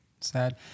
Sad